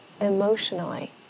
emotionally